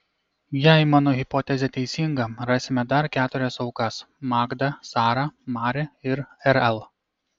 jei mano hipotezė teisinga rasime dar keturias aukas magdą sarą mari ir rl